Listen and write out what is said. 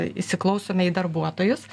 įsiklausome į darbuotojus